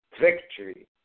victory